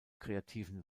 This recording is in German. kreativen